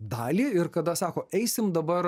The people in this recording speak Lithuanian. dalį ir kada sako eisim dabar